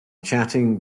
chatting